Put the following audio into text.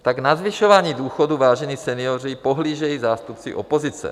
Tak na zvyšování důchodů, vážení senioři, pohlížejí zástupci opozice.